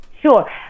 Sure